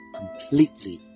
completely